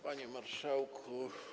Panie Marszałku!